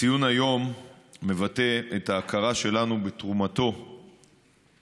ציון היום מבטא את ההכרה שלנו בתרומתו החשובה